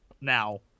now